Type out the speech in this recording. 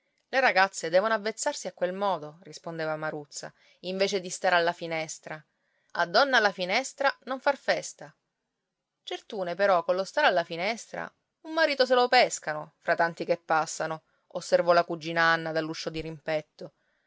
le ragazze devono avvezzarsi a quel modo rispondeva maruzza invece di stare alla finestra a donna alla finestra non far festa certune però collo stare alla finestra un marito se lo pescano fra tanti che passano osservò la cugina anna dall'uscio dirimpetto